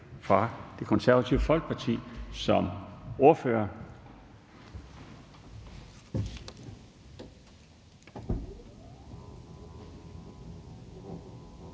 fra Det Konservative Folkeparti som ordfører.